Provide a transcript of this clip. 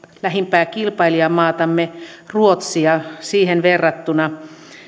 lähimpää kilpailijamaatamme ruotsia siihen verrattuna